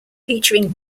featuring